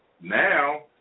Now